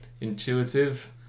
intuitive